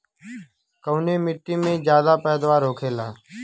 कवने मिट्टी में ज्यादा पैदावार होखेला?